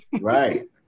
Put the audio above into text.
right